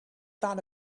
thought